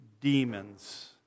demons